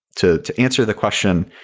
to to answer the question.